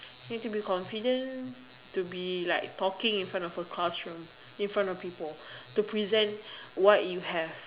you need to be confident to be like talking in front of a classroom in front of people to present what you have